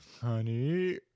Honey